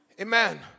Amen